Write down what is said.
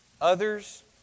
Others